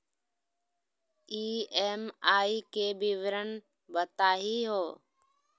EMI के विवरण बताही हो?